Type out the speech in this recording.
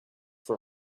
for